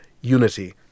unity